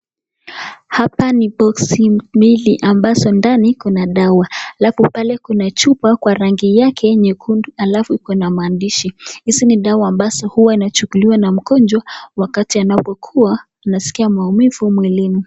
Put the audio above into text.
Hapa ni boksi mbili ambazo ndani kuna dawa, halafu pale kuna chupa kwa rangi yake nyekundu, halafu kuna maandishi. Hizi ni dawa ambazo huwa zinachukuliwa na mgonjwa wakati anapokuwa anasikia maumivu mwilini.